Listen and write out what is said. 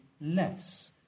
less